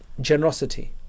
generosity